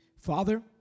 Father